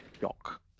Shock